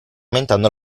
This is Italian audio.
aumentando